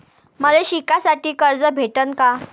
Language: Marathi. मले शिकासाठी कर्ज भेटन का?